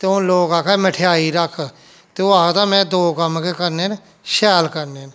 ते हून लोक आक्खा दे मठेआई रक्ख ते ओह् आखदा में दो कम्म गै करने न शैल करने न